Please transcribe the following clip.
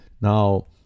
Now